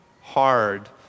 hard